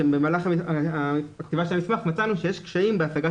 שבמהלך הכתיבה של המסמך מצאנו שיש קשיים בהשגת